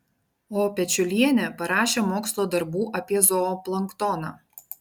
o pečiulienė parašė mokslo darbų apie zooplanktoną